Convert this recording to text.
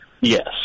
Yes